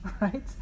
right